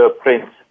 prince